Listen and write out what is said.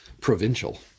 provincial